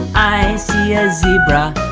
i see a zebra.